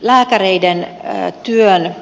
lääkäreiden työn